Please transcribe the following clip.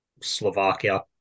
Slovakia